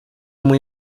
muy